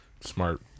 Smart